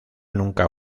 nunca